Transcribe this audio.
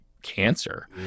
Cancer